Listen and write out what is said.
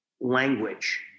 language